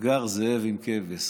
וגר זאב עם כבש,